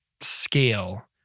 scale